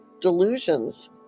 delusions